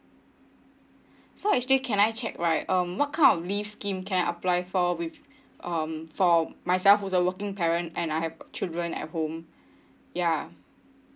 so actually can I check right um what kind of leave scheme can I apply for with um for myself was a working parent and I have a children at home ya